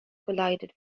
collided